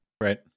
Right